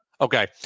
Okay